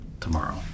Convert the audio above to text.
tomorrow